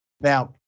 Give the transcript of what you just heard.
Now